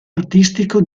artistico